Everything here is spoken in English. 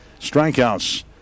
strikeouts